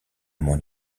mon